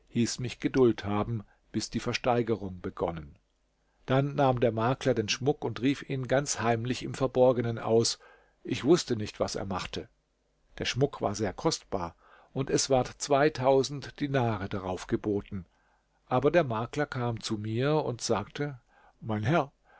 hieß mich geduld haben bis die versteigerung begonnen dann nahm der makler den schmuck und rief ihn ganz heimlich im verborgenen aus ich wußte nicht was er machte der schmuck war sehr kostbar und es ward zweitausend dinare darauf geboten aber der makler kam zu mir und sagte mein herr